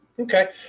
Okay